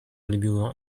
lubiła